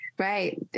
Right